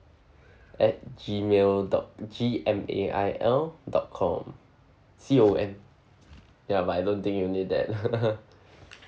at gmail dot G M A I L dot com C O M ya but I don't think you need that